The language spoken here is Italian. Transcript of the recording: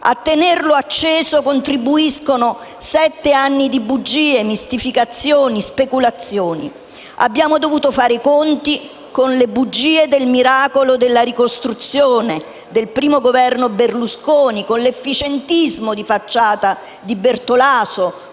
A tenerlo acceso contribuiscono sette anni di bugie, di mistificazioni, di speculazioni. Abbiamo dovuto fare i conti con le bugie del miracolo della ricostruzione del Governo Berlusconi, con l'efficientismo di facciata di Bertolaso,